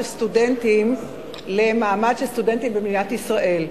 סטודנטים למעמד של סטודנטים במדינת ישראל.